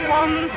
one